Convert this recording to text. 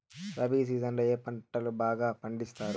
rabi season లో ఏ పంటలు బాగా పండిస్తారు